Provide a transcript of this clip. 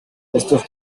estos